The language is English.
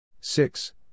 six